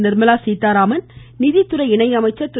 நிர்மலா சீதாராமன் நிதித்துறை இணை அமைச்சர் திரு